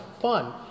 fun